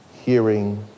hearing